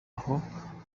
aho